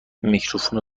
میکروفون